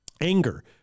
anger